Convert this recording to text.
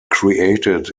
created